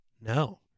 No